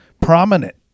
Prominent